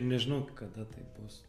nežinau kada tai bus